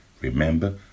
Remember